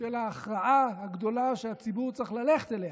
של ההכרעה הגדולה שהציבור צריך ללכת אליה: